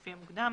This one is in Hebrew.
לפי המוקדם.